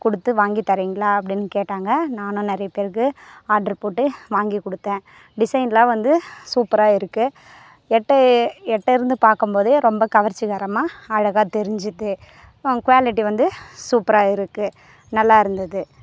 கொடுத்து வாங்கி தர்றீங்களா அப்படினு கேட்டாங்க நானும் நிறைய பேருக்கு ஆர்ட்ரு போட்டு வாங்கி கொடுத்தேன் டிசைன்லாம் வந்து சூப்பராக இருக்குது எட்டு எட்டேருந்து பார் க்கம்போதே ரொம்ப கவர்ச்சிகரமாக அழகாக தெரிஞ்சுது குவாலிட்டி வந்து சூப்பராக இருக்குது நல்லாருந்தது